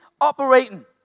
operating